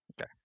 Okay